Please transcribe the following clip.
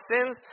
sins